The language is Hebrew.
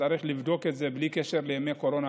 שצריך לבדוק את זה בלי קשר לימי קורונה,